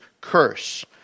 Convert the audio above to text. curse